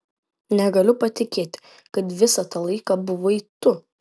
negaliu patikėti kad visą tą laiką buvai tu